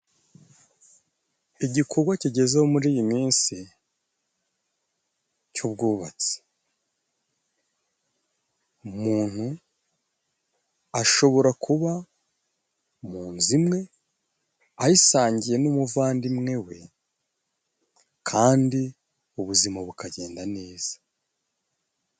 Igikogwa kigezeho muri iyi minsi c'ubwubatsi, umuntu ashobora kuba mu nzu imwe ayisangiye n' umuvandimwe we kandi ubuzima bukagenda neza.